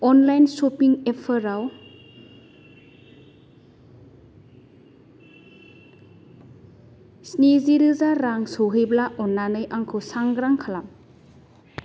online shopping एपफोराव स्निजि रोजा रां सौहैब्ला अननानै आंखौ सांग्रां खालाम